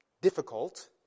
difficult